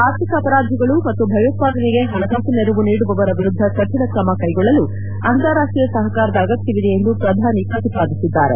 ಆರ್ಥಿಕ ಅಪರಾಧಿಗಳು ಮತ್ತು ಭಯೋತ್ಸಾದನೆಗೆ ಹಣಕಾಸು ನೆರವು ನೀಡುವವರ ವಿರುದ್ದ ಕಠಿಣ ಕ್ರಮ ಕ್ಷೆಗೊಳ್ಳಲು ಅಂತಾರಾಷ್ಟೀಯ ಸಹಕಾರ ಅಗತ್ಯವಿದೆ ಎಂದು ಪ್ರಧಾನಿ ಪ್ರತಿಪಾದಿಸಿದ್ದಾರೆ